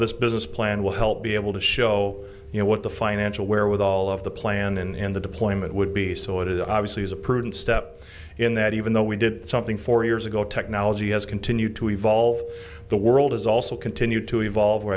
this business plan will help be able to show you know what the financial wherewithal of the plan in the deployment would be so it obviously is a prudent step in that even though we did something four years ago technology has continued to evolve the world is also continue to evolve where